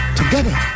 together